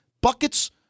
buckets